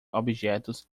objetos